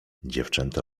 dziewczęta